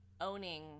owning